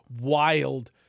wild